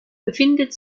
befindet